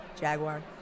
Jaguar